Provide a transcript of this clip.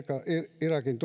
irakin